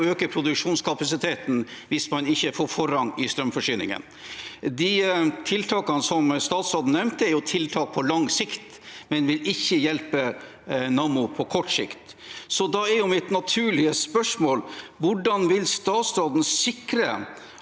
å øke produksjonskapasiteten hvis man ikke får forrang i strømforsyningen. De tiltakene som statsråden nevnte, er tiltak på lang sikt og vil ikke hjelpe Nammo på kort sikt. Da er mitt naturlige spørsmål: Hvordan vil statsråden sikre